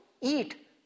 eat